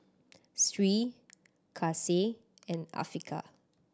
Sri Kasih and Afiqah